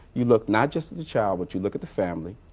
you look not just at the child but you look at the family.